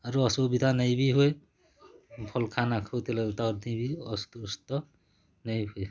ଆରୁ ଅସୁବିଧା ବି ନେଇ ବି ହୁଏ ଭଲ୍ ଖାନା ଖାଉଥିଲେ ତର୍ ଦିବି ଅସୁସ୍ଥ ନେଇ ହୁଏ